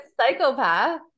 psychopath